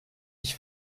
ich